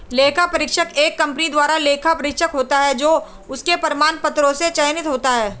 लेखा परीक्षक एक कंपनी द्वारा लेखा परीक्षक होता है जो उसके प्रमाण पत्रों से चयनित होता है